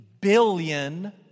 billion